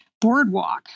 Boardwalk